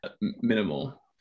minimal